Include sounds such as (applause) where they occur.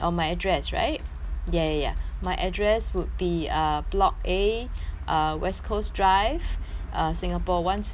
ya ya ya (breath) my address would be err block A (breath) uh west coast drive (breath) uh singapore one two three four five